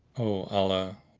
o allah,